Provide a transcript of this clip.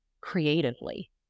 creatively